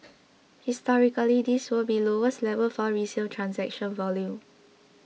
historically this will be lowest level for resale transaction volume